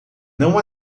não